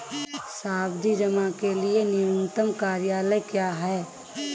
सावधि जमा के लिए न्यूनतम कार्यकाल क्या है?